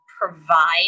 provide